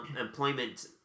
employment